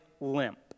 limp